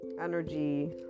energy